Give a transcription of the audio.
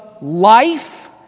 life